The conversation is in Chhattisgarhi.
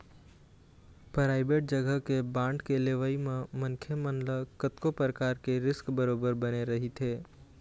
पराइबेट जघा के बांड के लेवई म मनखे मन ल कतको परकार के रिस्क बरोबर बने रहिथे